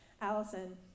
Allison